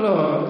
לא.